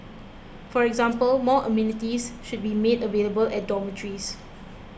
for example more amenities should be made available at dormitories